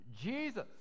Jesus